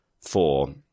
four